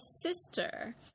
sister